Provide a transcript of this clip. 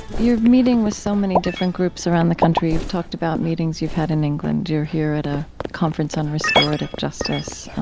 you're meeting with so many different groups around the country. you've talked about meetings you've had in england, you're here at a conference on restorative justice.